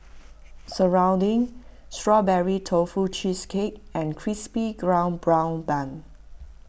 Serunding Strawberry Tofu Cheesecake and Crispy ground Brown Bun